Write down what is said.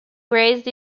raised